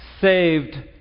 saved